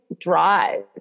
drive